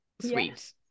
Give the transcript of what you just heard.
sweet